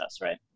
Right